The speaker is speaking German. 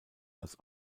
als